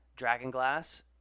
Dragonglass